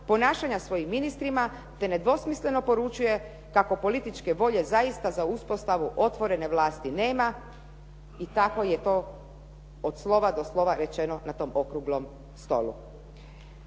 ponašanja svojim ministrima, te nedvosmisleno poručuje kako političke volje zaista za uspostavu otvorene vlasti nema i tako je to od slova do slova rečeno na tom okruglom stolu.